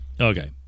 Okay